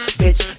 bitch